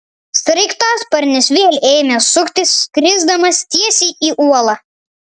sraigtasparnis vėl ėmė suktis skrisdamas tiesiai į uolą